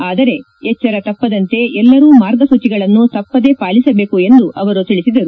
ಆದರೆ ಎಚ್ಚರ ತಪ್ಪದಂತೆ ಎಲ್ಲರೂ ಮಾರ್ಗಸೂಚಿಗಳನ್ನು ತಪ್ಪದೇ ಪಾಲಿಸಬೇಕು ಎಂದು ತಿಳಿಸಿದರು